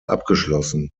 abgeschlossen